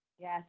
Yes